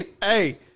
Hey